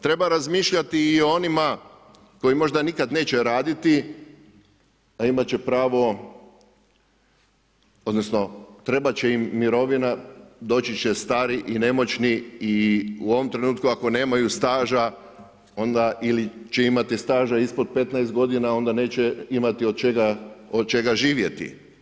Treba razmišljati i o onima koji možda nikada neće raditi, a imat će pravo odnosno trebat će im mirovina, doći će stari i nemoćni i u ovom trenutku ako nemaju staža ili će imati staža ispod 15 godina onda neće imati od čega živjeti.